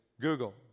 Google